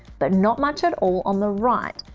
but not much at all on the right.